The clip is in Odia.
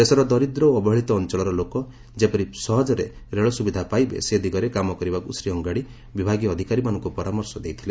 ଦେଶର ଦରିଦ୍ର ଓ ଅବହେଳିତ ଅଞ୍ଚଳର ଲୋକେ ଯେପରି ସହଜରେ ରେଳ ସୁବିଧା ପାଇବେ ସେ ଦିଗରେ କାମ କରିବାକୁ ଶ୍ରୀ ଅଙ୍ଗାଡ଼ି ବିଭାଗୀୟ ଅଧିକାରୀମାନଙ୍କୁ ପରାମର୍ଶ ଦେଇଥିଲେ